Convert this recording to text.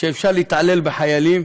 שאפשר להתעלל בחיילים,